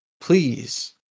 Please